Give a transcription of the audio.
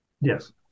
Yes